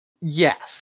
Yes